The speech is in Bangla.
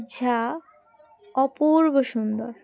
যঝা অপূর্ব সুন্দর